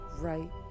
right